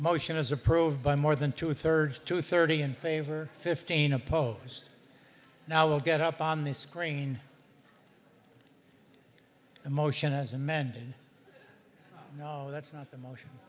motion as approved by more than two thirds to thirty in favor fifteen opposed now will get up on the screen a motion as amended no that's not the motion